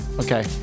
Okay